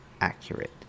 accurate